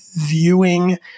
viewing